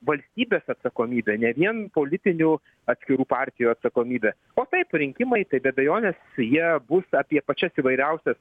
valstybės atsakomybė ne vien politinių atskirų partijų atsakomybė o taip rinkimai tai be abejonės jie bus apie pačias įvairiausias